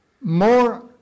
more